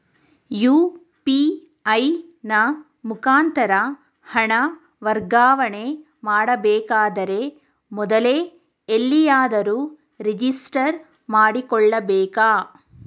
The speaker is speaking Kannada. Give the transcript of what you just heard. ಯು.ಪಿ.ಐ ನ ಮುಖಾಂತರ ಹಣ ವರ್ಗಾವಣೆ ಮಾಡಬೇಕಾದರೆ ಮೊದಲೇ ಎಲ್ಲಿಯಾದರೂ ರಿಜಿಸ್ಟರ್ ಮಾಡಿಕೊಳ್ಳಬೇಕಾ?